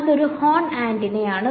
ഇത് ഒരു ഹോൺ ആന്റിനയാണ്